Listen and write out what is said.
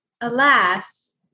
alas